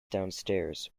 downstairs